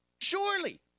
Surely